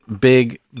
big